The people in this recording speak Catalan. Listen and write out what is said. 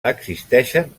existeixen